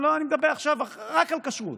לא, אני מדבר עכשיו רק על כשרות.